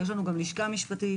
יש לנו לשכה משפטית